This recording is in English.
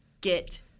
get